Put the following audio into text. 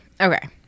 Okay